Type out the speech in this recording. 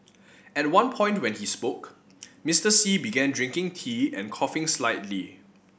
at one point when he spoke Mister Xi began drinking tea and coughing slightly